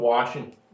Washington